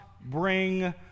bring